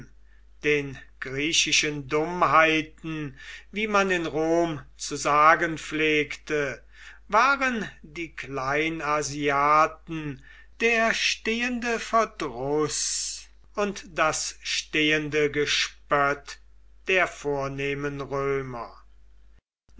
den griechischen dummheiten wie man in rom zu sagen pflegte waren die kleinasiaten der stehende verdruß und das stehende gespött der vornehmen römer